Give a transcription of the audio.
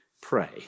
pray